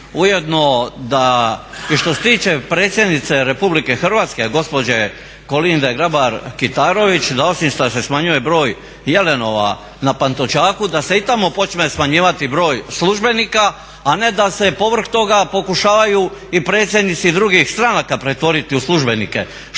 ujedno da i što se tiče predsjednice RH gospođe Kolinde Grabar Kitarović da osim što se smanjuje broj jelenova na Pantovčaku da se i tamo počne smanjivati broj službenika, a ne da se povrh toga pokušavaju i predsjednici drugih stranaka pretvoriti u službenike.